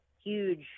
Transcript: huge –